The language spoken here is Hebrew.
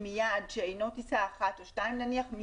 מיעד שאינו טיסה אחת או שתיים נניח,